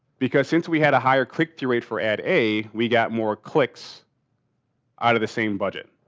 because since we had a higher click-through rate for ad a, we got more clicks out of the same budget,